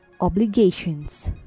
obligations